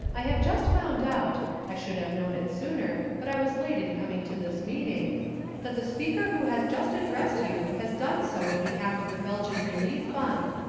i have just found out i should have known it sooner, but i was late in coming to this meeting that the speaker who has just addressed you has done so in behalf of the belgian relief fund.